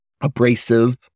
abrasive